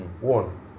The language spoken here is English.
One